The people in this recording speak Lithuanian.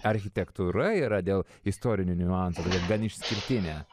architektūra yra dėl istorinių niuansų gan išskirtinė